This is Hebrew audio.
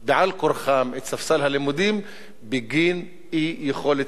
על כורחם את ספסל הלימודים בגין אי-יכולת